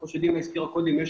וכמו שדינה הזכירה קודם,